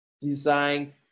design